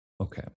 Okay